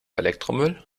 elektromüll